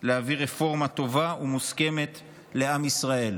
להביא רפורמה טובה ומוסכמת לעם ישראל.